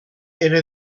era